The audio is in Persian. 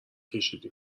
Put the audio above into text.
ﻧﻌﺮه